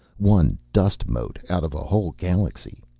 one dust mote out of a whole galaxy.